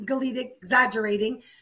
exaggerating